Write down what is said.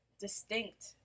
distinct